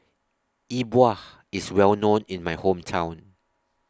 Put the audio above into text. E Bua IS Well known in My Hometown